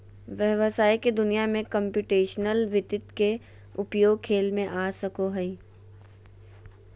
व्हवसाय के दुनिया में कंप्यूटेशनल वित्त के उपयोग खेल में आ सको हइ